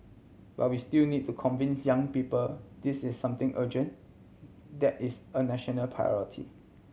but we still need to convince young people this is something urgent that is a national priority